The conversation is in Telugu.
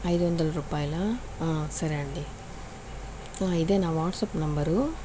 ఐదు వందల రూపాయల సరే అండి ఇదే నా వాట్సాప్ నంబరు